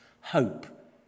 hope